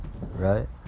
right